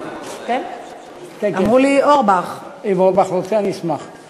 אני עוברת להצעת חוק פיצויים לנפגעי תאונות דרכים (תיקון מס' 26)